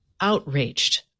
outraged